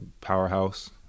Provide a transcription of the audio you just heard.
powerhouse